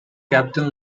captain